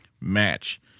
match